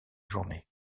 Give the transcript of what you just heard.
journée